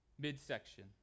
midsection